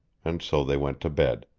and so they went to bed.